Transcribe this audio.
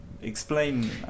explain